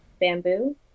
Bamboo